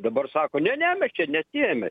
dabar sako ne ne mes čia nesiejame